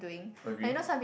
agree